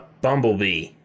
Bumblebee